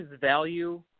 value